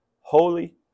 holy